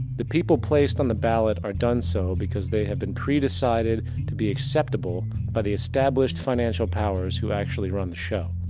the people placed on the ballot are done so because they have been pre-decided to be acceptable by the established financial powers who actually run the show.